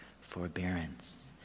forbearance